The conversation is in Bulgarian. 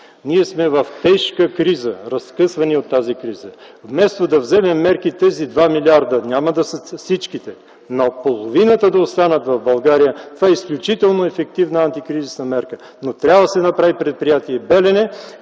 Ние сме в тежка криза, разкъсвани от тази криза. Вместо да вземем мерки от тези 2 милиарда половината да останат в България, това е изключително ефективна антикризисна мярка. Но трябва да се направи предприятие „Белене”